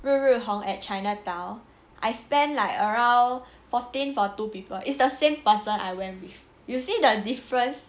日月红 at chinatown I spent like around fourteen for two people it's the same person I went with you see the difference